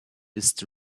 ist